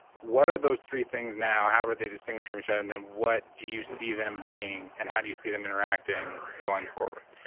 what are those three things now? how are they distinguished from each other? and then what do you see them being? and how do you see them interacting going forward?